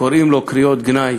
קוראים לו קריאות גנאי,